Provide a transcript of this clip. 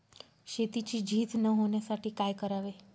शेतीची झीज न होण्यासाठी काय करावे?